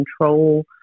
control